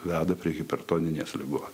veda prie hipertoninės ligos